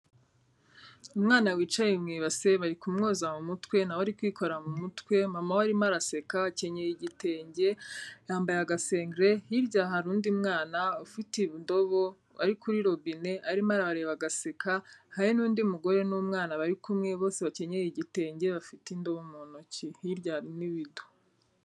Umwana wicaye mu ibase, bari kumwoza mu mutwe, nawe ari kwikora mu mutwe, mama we arimo araseka, akenyeye igitenge, yambaye agasengere, hirya hari undi mwana ufite indobo ari kuri robine, arimo arabareba agaseka, hari n'undi mugore n'umwana bari kumwe bose bakenyera igitenge, bafite indobo mu ntoki, hirya hari n'ibido